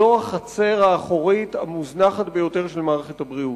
זו החצר האחורית המוזנחת ביותר של מערכת הבריאות.